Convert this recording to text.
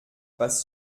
was